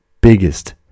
biggest